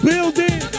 building